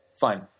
Fine